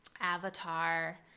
Avatar